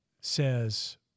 says